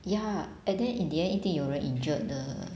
ya and then in the end 一定有人 injured 的